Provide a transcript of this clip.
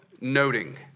noting